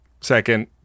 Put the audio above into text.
second